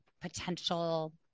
potential